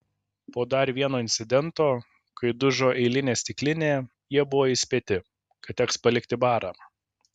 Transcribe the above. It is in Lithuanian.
po dar vieno incidento kai dužo eilinė stiklinė jie buvo įspėti kad teks palikti barą